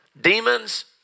demons